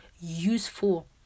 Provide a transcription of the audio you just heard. useful